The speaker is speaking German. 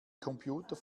computer